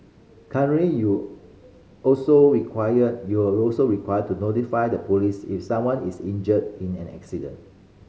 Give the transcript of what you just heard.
currently you also required you're also required to notify the police if someone is injured in an accident